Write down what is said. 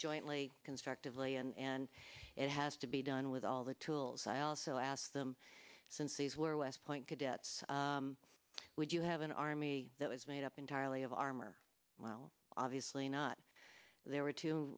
jointly constructively and it has to be done with all the tools i also asked them since these were west point cadets would you have an army that was made up entirely of armor well obviously not there were two